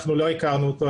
אנחנו לא הכרנו אותו,